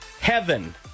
Heaven